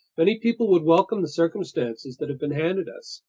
many people would welcome the circumstances that have been handed us,